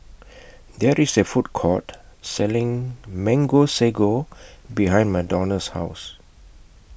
There IS A Food Court Selling Mango Sago behind Madonna's House